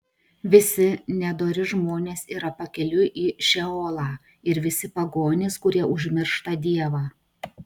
visi nedori žmonės yra pakeliui į šeolą ir visi pagonys kurie užmiršta dievą